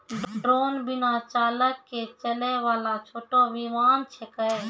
drone बिना चालक के चलै वाला छोटो विमान छेकै